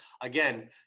again